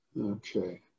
Okay